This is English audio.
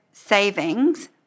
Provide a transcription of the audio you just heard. Savings